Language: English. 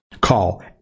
call